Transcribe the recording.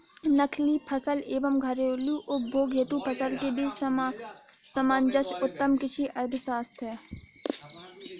नकदी फसल एवं घरेलू उपभोग हेतु फसल के बीच सामंजस्य उत्तम कृषि अर्थशास्त्र है